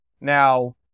Now